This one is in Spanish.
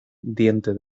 diente